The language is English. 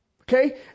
Okay